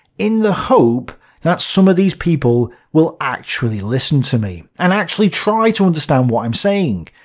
in the hope that some of these people will actually listen to me, and actually try to understand what i'm saying.